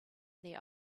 their